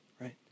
right